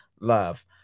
love